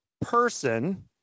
person